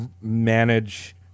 manage